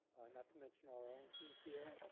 not to mention our own teams here.